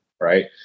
Right